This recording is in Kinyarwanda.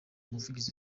umuvugizi